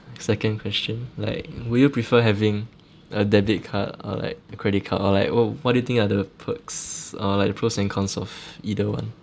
second question like will you prefer having a debit card or like a credit card or like what what do you think of the perks or like the pros and cons of either one